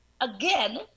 again